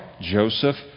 Joseph